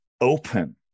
open